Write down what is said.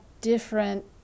different